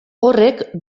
horrek